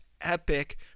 epic